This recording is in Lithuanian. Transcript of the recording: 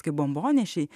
kaip bombonešiai